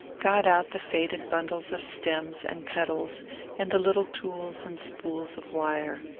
got out the faded bundles of stems and petals and the little tools and spools of wire.